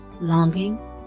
longing